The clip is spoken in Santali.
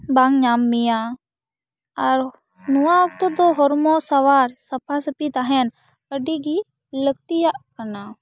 ᱵᱟᱝ ᱧᱟᱢ ᱢᱮᱭᱟ ᱟᱨ ᱱᱚᱣᱟ ᱚᱠᱛᱚ ᱫᱚ ᱦᱚᱨᱢᱚ ᱥᱟᱶᱟᱨ ᱥᱟᱯᱷᱟ ᱥᱟᱹᱯᱷᱤ ᱛᱟᱦᱮᱱ ᱟᱹᱰᱤ ᱜᱤ ᱞᱟᱹᱠᱛᱤᱭᱟᱜ ᱠᱟᱱᱟ